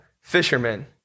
fishermen